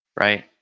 right